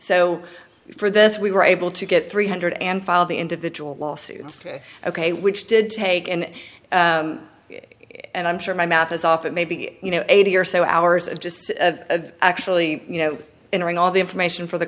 so for this we were able to get three hundred and file the individual lawsuits ok which did take and and i'm sure my math is off and maybe you know eighty or so hours of just a actually you know entering all the information for the